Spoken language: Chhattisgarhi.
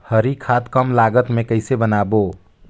हरी खाद कम लागत मे कइसे बनाबो?